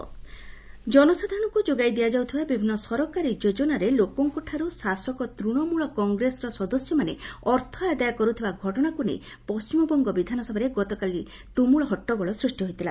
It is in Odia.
ଓ୍ୱେଷ୍ଟବେଙ୍ଗଲ ଆସେମ୍ପ୍ଲି ଜନସାଧାରଣଙ୍କୁ ଯୋଗାଇ ଦିଆଯାଉଥିବା ବିଭିନ୍ନ ସରକାରୀ ଯୋଜନାରେ ଲୋକଙ୍କଠାରୁ ଶାସକ ତୂଶମୂଳ କଂଗ୍ରେସର ସଦସ୍ୟମାନେ ଅର୍ଥ ଆଦାୟ କରୁଥିବା ଘଟଣାକୁ ନେଇ ପଶ୍ଚିମବଙ୍ଗ ବିଧାନସଭାରେ ଗତକାଲି ତୁମୁଳ ହଟ୍ଟଗୋଳ ସୂଷ୍ଟି ହୋଇଥିଲା